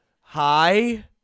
hi